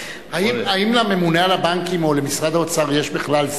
האם לממונה על הבנקים או למשרד האוצר יש בכלל say?